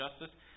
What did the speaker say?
justice